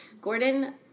Gordon